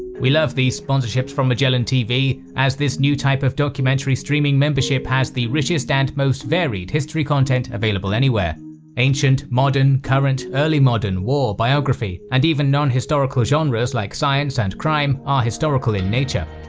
we love these sponsorships from magellantv, as this new type of documentary streaming membership has the richest and most varied history content available anywhere ancient, modern, current, early modern, war, biography, and even non-historical genres like science and crime are historical in nature.